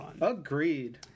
Agreed